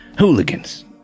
hooligans